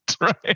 right